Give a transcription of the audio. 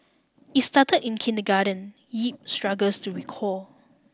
it started in kindergarten yip struggles to recall